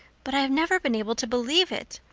but i've never been able to believe it.